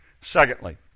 Secondly